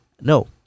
No